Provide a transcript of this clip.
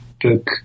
book